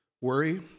worry